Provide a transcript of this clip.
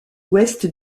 ouest